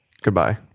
Goodbye